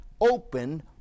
open